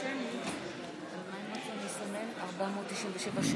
יש גם אפשרות להצבעה שמית,